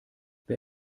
wer